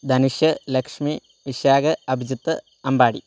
Dhanush Lakshmi Vishakh Abhijith Ambadi